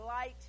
light